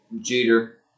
Jeter